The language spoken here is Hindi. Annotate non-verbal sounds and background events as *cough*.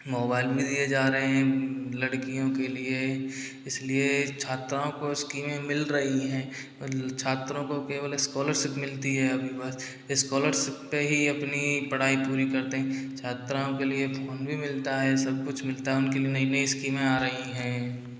मोबाइल भी दिये जा रहे हैं लड़कियों के लिए इसलिए छात्राओं को स्कीमें मिल रही हैं और छात्रों को केवल स्कॉलरशिप मिलती है *unintelligible* स्कॉलरशिप पर ही अपनी पढ़ाई पूरी करते हैं छात्राओं के लिए फोन भी मिलता है सब कुछ मिलता है उनके लिए नई नई स्कीमें आ रही हैं